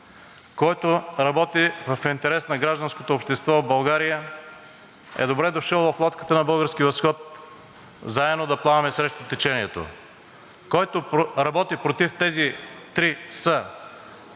който работи в интерес на гражданското общество в България, е добре дошъл в лодката на „Български възход“ – заедно да плаваме срещу течението. Който работи против тези три „с“